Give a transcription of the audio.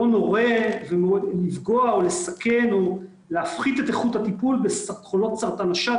לא נורה לפגוע או לסכן או להפחית את איכות הטיפול בחולות סרטן השד,